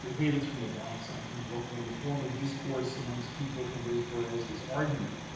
david's from the bronx. i'm from brooklyn. the form of discourse amongst people from those boroughs is argument.